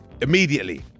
immediately